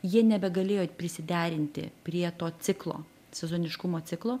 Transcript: jie nebegalėjo prisiderinti prie to ciklo sezoniškumo ciklo